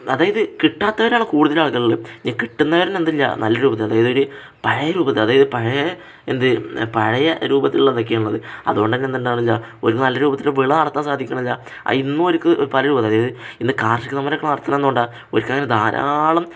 അതായത് കിട്ടാത്തവരാണ് കൂടുതല് ആളുകളും ഇനി കിട്ടുന്നവര് തന്നെ എന്തില്ല നല്ല രൂപത്തില് അതായതൊരു പഴയ രൂപത്തില് അതായത് പഴയ എന്താണ് പഴയ രൂപത്തിലുള്ള എന്തൊക്കെയോയാണുള്ളത് അതുകൊണ്ടു തന്നെ എന്തുണ്ടാകുന്നില്ല അവര്ക്ക് നല്ല രൂപത്തില് വിള നടത്താൻ സാധിക്കുന്നില്ല അത് ഇന്നും അവര്ക്ക് അതായത് ഇന്ന് കാർഷിക സമരമൊക്കെ നടത്തുന്നത് എന്തുകൊണ്ടാണ് അവര്ക്കങ്ങനെ ധാരാളം